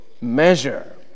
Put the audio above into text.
measure